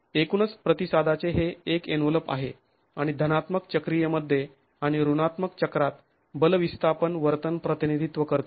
एकूणच प्रतिसादाचे हे एक एन्व्हलप आहे आणि धनात्मक चक्रीय मध्ये आणि ऋणात्मक चक्रात बल विस्थापन वर्तन प्रतिनिधित्व करतो